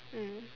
mm